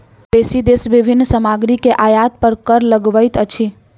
बेसी देश विभिन्न सामग्री के आयात पर कर लगबैत अछि